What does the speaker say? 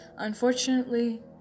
Unfortunately